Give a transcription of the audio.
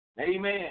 Amen